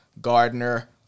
Gardner